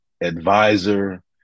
advisor